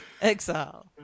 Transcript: Exile